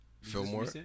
Fillmore